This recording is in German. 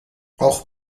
auch